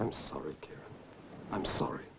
i'm sorry i'm sorry